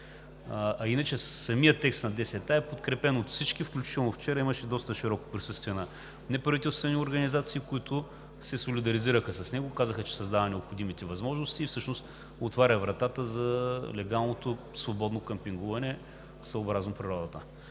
Иначе самият текст на чл. 10а е подкрепен от всички. Включително вчера имаше доста сериозно присъствие на неправителствени организации, които се солидаризираха с него, като казаха, че създава необходимите възможности и всъщност отваря вратата за легалното свободно къмпингуване съобразно природата.